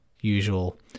usual